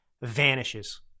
vanishes